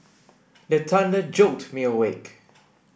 the thunder jolt me awake